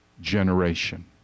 generation